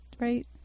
right